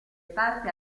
parte